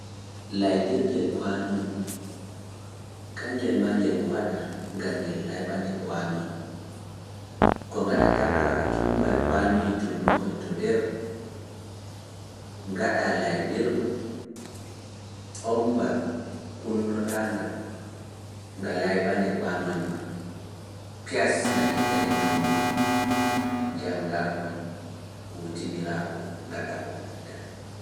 Layɓirgel kwaanoñ, kangel maa ngel waɗa, ngam ngel layɓane kwaanoñ, ko ngaɗataa kawai a tumbay kwaanoñ tunnukoñ to nder, ngaɗaa layɓirɗum, oomba kunnoɗa nga, nga layɓane kwaanoñ maa, piyas nga ittane tuundiji, njanngaakoñ, kuutiniraakoñ, ngaɗaa ko ngaɗataa.